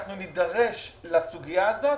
אנחנו נידרש לסוגיה הזאת